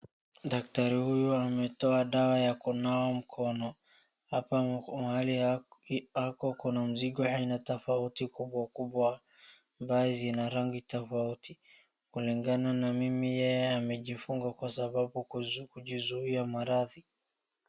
Daktari huyu ametoa dawa ya kunawa mkono, hapa mahali ako kuna mzigo ya aina tofauti kubwakubwa ambayo zina rangi tofauti, kulingana na mimi yeye amejifunga kwa sababu kujizuia maradhi.